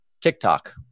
tiktok